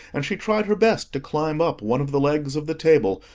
and she tried her best to climb up one of the legs of the table,